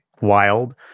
wild